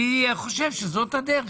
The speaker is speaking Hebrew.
אני חושב שזו הדרך.